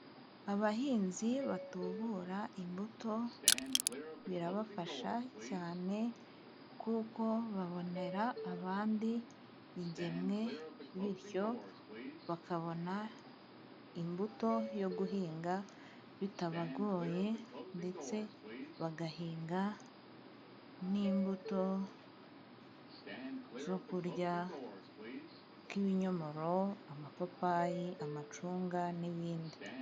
Abahinzi batubura imbuto birabafasha cyane, kuko babonera abandi ingemwe, bityo bakabona imbuto yo guhinga bitabagoye, ndetse bagahinga n'imbuto zo kurya nk'ibinyomoro, amapapayi, amacunga n'ibindi.